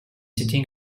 sitting